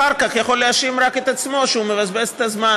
אחר כך יכול להאשים רק את עצמו שהוא מבזבז את הזמן.